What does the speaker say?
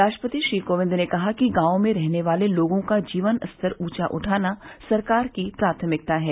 राष्ट्रपति श्री कोविंद ने कहा कि गांव में रहने वाले लोगों का जीवन स्तर उठाना सरकार की प्राथमिकता है